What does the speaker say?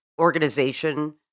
organization